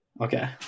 okay